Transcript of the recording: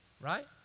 right